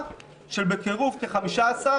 תוצאה של בקירוב כ-15,